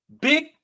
Big